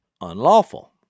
unlawful